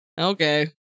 okay